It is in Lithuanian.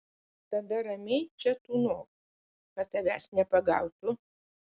tada ramiai čia tūnok kad tavęs nepagautų